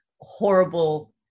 horrible